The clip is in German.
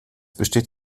besteht